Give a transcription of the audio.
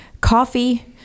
coffee